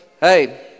hey